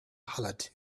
hollered